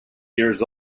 years